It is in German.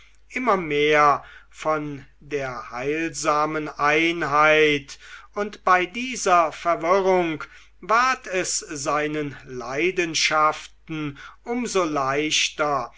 immer mehr von der heilsamen einheit und bei dieser verwirrung ward es seinen leidenschaften um so leichter